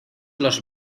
los